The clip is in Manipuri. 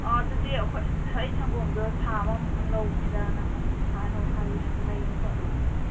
ꯑꯥ ꯑꯗꯨꯗꯤ ꯑꯩ ꯁꯪꯒꯣꯝꯗꯣ ꯊꯥ ꯑꯃꯃꯨꯛꯇꯪ ꯂꯧꯁꯤꯔꯅ ꯍꯥꯏꯒꯦꯅ ꯐꯣꯟ ꯇꯧꯔꯛꯏꯅꯤ